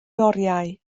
oriau